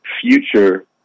future